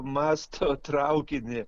masto traukinį